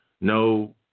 no